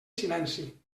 silenci